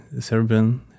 Serbian